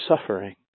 suffering